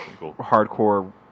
hardcore